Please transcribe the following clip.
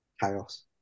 chaos